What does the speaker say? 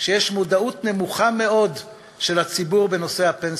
וחברה שיש מודעות נמוכה מאוד של הציבור בנושאי הפנסיה.